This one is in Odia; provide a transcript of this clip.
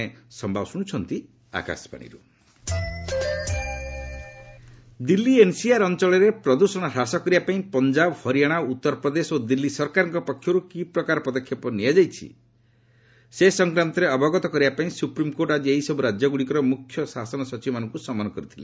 ଏସ୍ସି ପଲ୍ୟୁସନ୍ ଦିଲ୍ଲୀ ଏନ୍ସିଆର୍ ଅଞ୍ଚଳରେ ପ୍ରଦୃଷଣ ହ୍ରାସ କରିବାପାଇଁ ପଞ୍ଜାବ ହରିୟାଣା ଉତ୍ତର ପ୍ରଦେଶ ଓ ଦିଲ୍ଲୀ ସରକାରଙ୍କ ପକ୍ଷରୁ କି ପ୍ରକାର ପଦକ୍ଷେପ ନିଆଯାଇଛି ସେ ସଂକ୍ରାନ୍ତରେ ଅବଗତ କରାଇବାପାଇଁ ସୁପ୍ରିମ୍କୋର୍ଟ ଆକି ଏହିସବୁ ରାଜ୍ୟଗୁଡ଼ିକର ମୁଖ୍ୟ ଶାସନ ସଚିବମାନଙ୍କୁ ସମନ କରିଥିଲେ